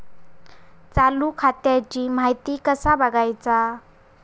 चालू खात्याची माहिती कसा बगायचा?